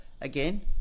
Again